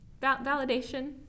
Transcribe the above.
validation